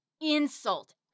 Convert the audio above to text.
insult